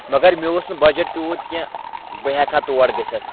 مگر مےٚ اوس نہٕ بَجٹ تیوٗت کینٛہہ بہٕ ہٮ۪کہٕ ہا تور گٔژھِتھ